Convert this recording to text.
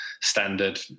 standard